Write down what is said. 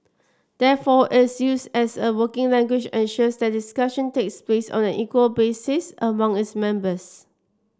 therefore its use as a working language ensures that discussion takes place on an equal basis among its members